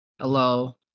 Hello